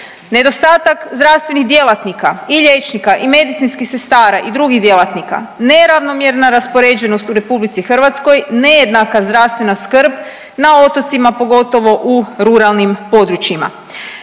nedostatak zdravstvenih djelatnika i liječnika i medicinskih sestara i drugih djelatnika. Neravnomjerna raspoređenost u RH, nejednaka zdravstvena skrb na otocima, pogotovo u ruralnim područjima,